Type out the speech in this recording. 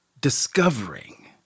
discovering